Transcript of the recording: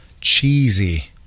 cheesy